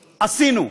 עשינו.